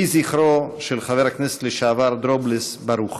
יהי זכרו של חבר הכנסת לשעבר דרובלס ברוך.